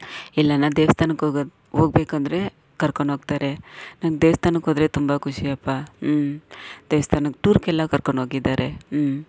ಎಲ್ಲಾರು ದೇವಸ್ಥಾನಕ್ಕೆ ಹೋಗೋದು ಹೋಗ್ಬೇಕೆಂದ್ರೆ ಕರ್ಕೊಂಡು ಹೋಗ್ತಾರೆ ನಂಗೆ ದೇವಸ್ಥಾನಕ್ಕೆ ಹೋದರೆ ತುಂಬ ಖುಷಿ ಅಪ್ಪ ಹ್ಞೂ ದೇವಸ್ಥಾನಕ್ಕೆ ಟೂರ್ಗೆಲ್ಲ ಕರ್ಕೊಂಡು ಹೋಗಿದ್ದಾರೆ ಹ್ಞೂ